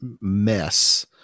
mess